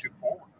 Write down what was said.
forward